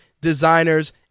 designers